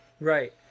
right